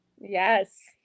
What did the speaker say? Yes